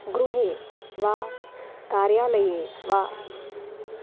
गृहे वा कार्यालये वा